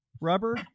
rubber